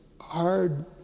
hard